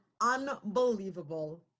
unbelievable